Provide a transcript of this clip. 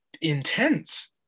intense